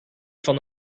van